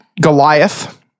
Goliath